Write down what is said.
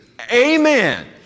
Amen